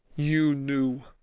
you knew,